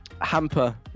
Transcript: Hamper